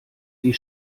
die